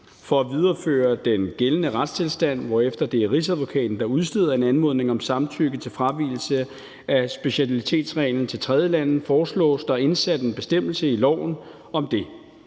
For at videreføre den gældende retstilstand, hvorefter det er Rigsadvokaten, der udsteder en anmodning om samtykke til fravigelse af specialitetsreglen til tredjelande, foreslås der indsat en bestemmelse i loven om det.